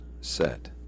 set